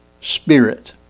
Spirit